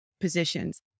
positions